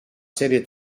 serie